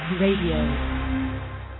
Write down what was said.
Radio